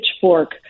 pitchfork